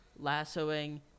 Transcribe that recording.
lassoing